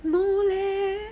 no leh